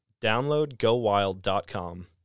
DownloadGoWild.com